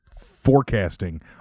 forecasting